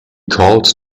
called